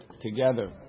together